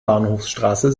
bahnhofsstraße